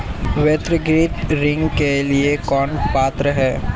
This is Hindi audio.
व्यक्तिगत ऋण के लिए कौन पात्र है?